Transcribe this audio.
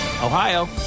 Ohio